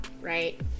right